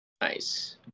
Nice